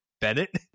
Bennett